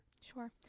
sure